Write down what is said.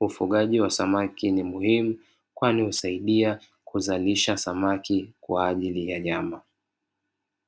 ufugaji wa samaki ni muhimu kwani husaidia kuzalisha samaki kwa ajili ya nyama.